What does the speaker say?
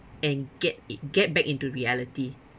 and get it get back into reality